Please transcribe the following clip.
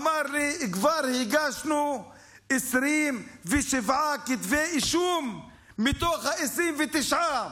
אמר לי: כבר הגשנו 27 כתבי אישום מתוך ה-29,